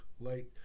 light